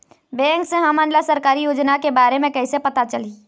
Bank से हमन ला सरकारी योजना के बारे मे कैसे पता चलही?